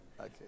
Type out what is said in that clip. Okay